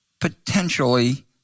potentially